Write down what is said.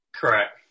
Correct